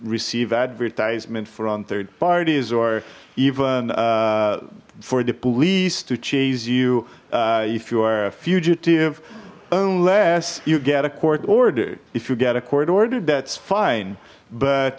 receive advertisement from third parties or even for the police to chase you if you are a fugitive unless you get a court order if you get a court order that's fine